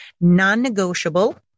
non-negotiable